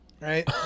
right